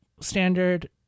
standard